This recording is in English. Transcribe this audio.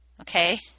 Okay